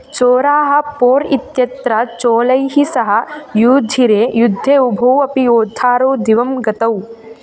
चोराः पोर् इत्यत्र चोलैः सह यूज्झिरे युद्धे उभौ अपि योद्धारौ दिवं गतौ